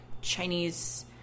Chinese